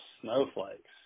snowflakes